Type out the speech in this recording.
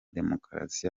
demokarasi